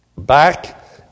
Back